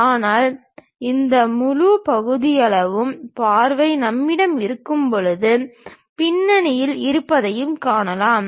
ஆனால் இந்த முழு பகுதியளவு பார்வை நம்மிடம் இருக்கும்போது பின்னணியில் இருப்பதையும் காணலாம்